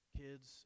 kids